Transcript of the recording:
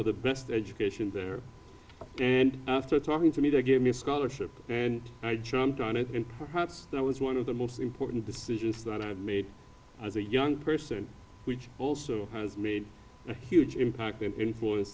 of the best education there and after talking to me they gave me a scholarship and i jumped on it and perhaps that was one of the most important decisions that i made as a young person which also has made huge impact in force